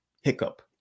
hiccup